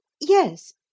Yes